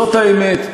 זאת האמת.